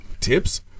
Tips